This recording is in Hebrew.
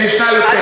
משנה י"ח.